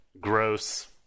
Gross